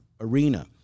arena